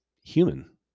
human